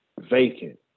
Vacant